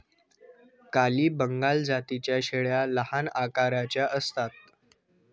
काली बंगाल जातीच्या शेळ्या लहान आकाराच्या असतात